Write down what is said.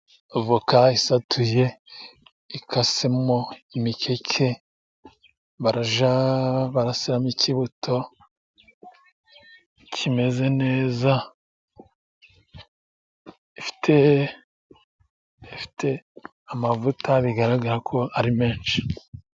Avoka isatuye, ikasemo imikeke barajya barakuramo ikibuto kimeze neza .Bifite amavuta bigaragara ko ari menshi.